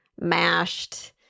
mashed